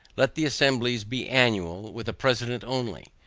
let the assemblies be annual, with a president only.